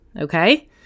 okay